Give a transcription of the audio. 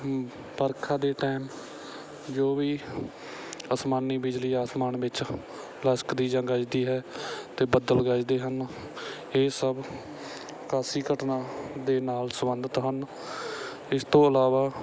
ਵਰਖਾ ਦੇ ਟਾਈਮ ਜੋ ਵੀ ਅਸਮਾਨੀ ਬਿਜਲੀ ਅਸਮਾਨ ਵਿੱਚ ਲਿਸ਼ਕਦੀ ਜਾਂ ਗਰਜਦੀ ਹੈ ਅਤੇ ਬੱਦਲ ਗਰਜਦੇ ਹਨ ਇਹ ਸਭ ਅਕਾਸ਼ੀ ਘਟਨਾ ਦੇ ਨਾਲ ਸੰਬੰਧਿਤ ਹਨ ਇਸ ਤੋਂ ਇਲਾਵਾ